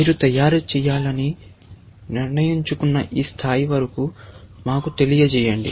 మీరు తయారు చేయాలని నిర్ణయించుకున్న ఈ స్థాయి వరకు మాకు తెలియజేయండి